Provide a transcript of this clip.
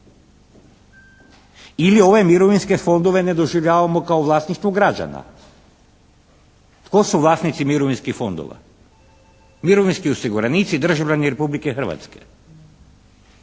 Ili ove mirovinske fondove ne doživljavamo kao vlasništvo građana. Tko su vlasnici mirovinskih fondova? Mirovinski osiguranici, državljani Republike Hrvatske.